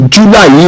July